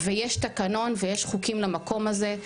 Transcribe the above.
ויש תקנון, ויש חוקים למקום הזה,